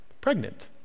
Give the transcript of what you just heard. pregnant